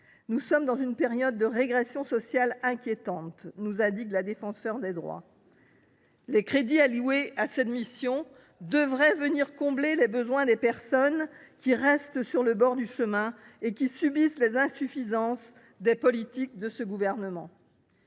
Nous sommes dans une période de régression sociale inquiétante », nous alerte la Défenseure des droits. Les crédits alloués à cette mission devraient combler les besoins des personnes qui restent sur le bord du chemin et qui subissent les insuffisances des politiques de ce gouvernement.